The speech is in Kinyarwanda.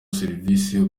serivisi